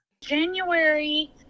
January